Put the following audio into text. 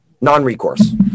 non-recourse